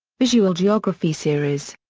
visual geography series.